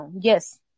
yes